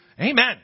Amen